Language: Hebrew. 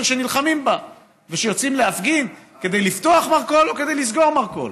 שנלחמים בה ושיוצאים להפגין כדי לפתוח מרכול או כדי לסגור מרכול.